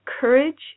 courage